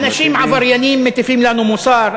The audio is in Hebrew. אנשים עבריינים מטיפים לנו מוסר.